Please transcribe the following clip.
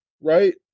right